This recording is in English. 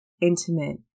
intimate